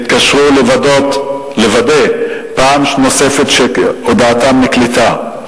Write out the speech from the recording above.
התקשרו לוודא פעם נוספת שהודעתם נקלטה.